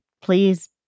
please